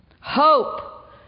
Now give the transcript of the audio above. Hope